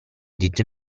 did